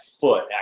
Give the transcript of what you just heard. foot